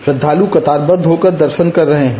श्रधालु कतारबद्ध होकर दर्शन कर रहे है